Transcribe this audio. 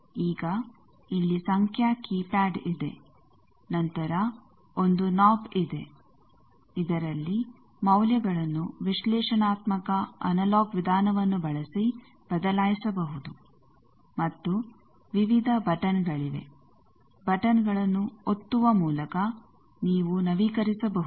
ಈಗ ಇಲ್ಲಿ ಸಂಖ್ಯಾ ಕಿಪ್ಯಾಡ್ ಇದೆ ನಂತರ 1 ನಾಬ ಇದೆ ಇದರಲ್ಲಿ ಮೌಲ್ಯಗಳನ್ನು ವಿಶ್ಲೇಷನಾತ್ಮಕ ಅನಲಾಗ್ ವಿಧಾನವನ್ನು ಬಳಸಿ ಬದಲಾಯಿಸಬಹುದು ಮತ್ತು ವಿವಿಧ ಬಟನ್ಗಳಿವೆ ಬಟನ್ಗಳನ್ನು ಒತ್ತುವ ಮೂಲಕ ನೀವು ನವೀಕರಿಸಬಹುದು